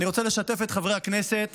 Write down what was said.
אני רוצה לשתף את חברי הכנסת